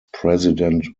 president